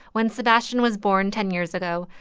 when sebastian was born ten years ago,